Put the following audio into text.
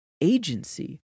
agency